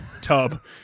tub